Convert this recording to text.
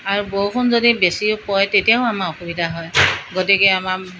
আৰু বৰষুণ যদি বেছিও পৰে তেতিয়াও আমাৰ অসুবিধা হয় গতিকে আমাৰ